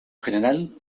general